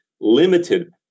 limited